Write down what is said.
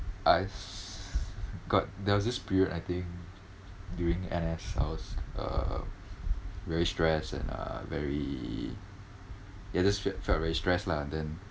I got there was this period I think during N_S I was uh very stressed and uh very ya just felt very stress lah and then